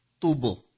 tubo